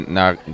naar